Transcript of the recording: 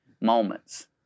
moments